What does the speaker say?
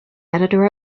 editor